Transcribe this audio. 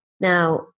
Now